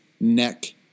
neck